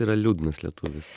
yra liūdnas lietuvis